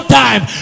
time